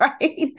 Right